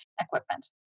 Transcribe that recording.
equipment